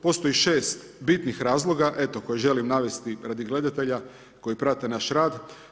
Postoji 6 bitnih razloga koje želim navesti radi gledatelja koji prate naš rad.